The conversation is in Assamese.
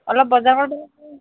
অলপ বজাৰ কৰিব লাগিছিল